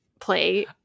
play